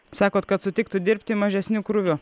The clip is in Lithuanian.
sakot kad sutiktų dirbti mažesniu krūviu